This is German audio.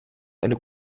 eine